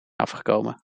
afgekomen